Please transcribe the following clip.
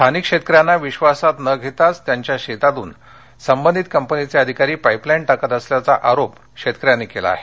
स्थानिक शेतकऱ्यांना विश्वासात न घेताच त्यांच्या शेतातून संबंधित कंपनीचे अधिकारी पाईपलाईन टाकत असल्याचा आरोप शेतकऱ्यांनी केला आहे